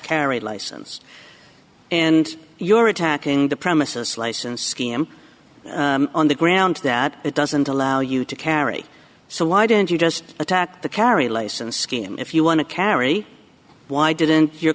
carry license and you're attacking the premises license scheme on the grounds that it doesn't allow you to carry so why didn't you just attack the carry license scheme if you want to carry why didn't your